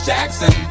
Jackson